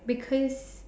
because